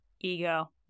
Ego